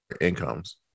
incomes